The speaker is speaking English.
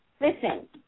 listen